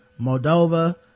Moldova